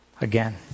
again